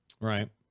Right